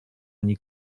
ani